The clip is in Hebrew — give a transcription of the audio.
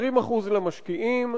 20% למשקיעים.